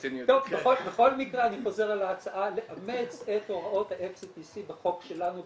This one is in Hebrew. בכל מקרה אני חוזר על ההצעה לאמץ את הוראות ה-FCTC בחוק שלנו,